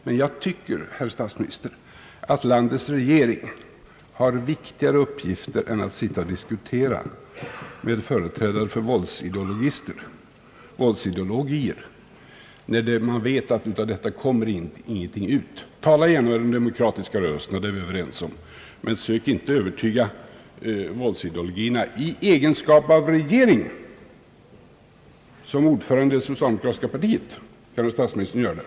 Men jag tycker, herr statsminister, att landets regering har viktigare uppgifter än att sitta och diskutera med företrädare för våldsideologier, när man vet att utav detta kommer ingenting. Tala gärna med de demokratiska rörelserna — det är vi överens om — men försök inte övertyga våldsideolo gerna i egenskap av regeringschef. Som ordförande i det socialdemokratiska partiet kan statsministern göra det.